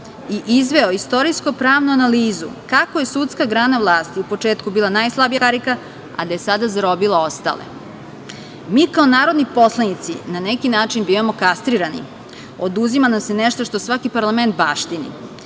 i izveo istorijsko-pravnu analizu kako je sudska grana vlasti u početku bila najslabija karika, a da je sada zarobila ostale. Mi kao narodni poslanici na neki način bivamo kastrirano. Oduzima nam se nešto što svaki parlament baštini.